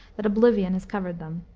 that oblivion has covered them.